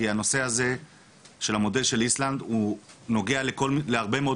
כי הנושא הזה של המודל של איסלנד הוא נוגע להרבה מאוד